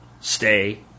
stay